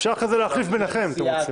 אפשר אחרי זה להחליף ביניכם אם אתם רוצים.